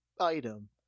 item